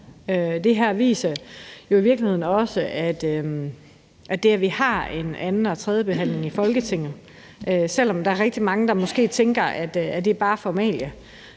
om der skal laves justeringer. Det, at vi har en anden- og en tredjebehandling i Folketinget, selv om der er rigtig mange, der måske tænker, at det bare er formalia,